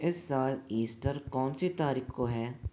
इस साल ईस्टर कौनसी तारीख़ को है